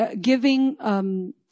giving